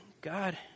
God